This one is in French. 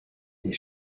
des